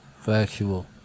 Factual